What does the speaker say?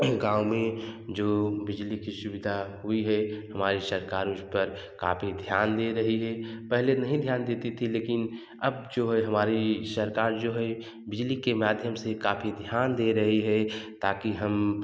गाँव में जो बिजली की सुविधा हुई है हमारे सरकार उस पर काफ़ी ध्यान दे रही रही है पहले नहीं ध्यान देती थी लेकिन अब जो है हमारी सरकार जो है बिजली के माध्यम से काफ़ी ध्यान दे रही हैं ताकि हम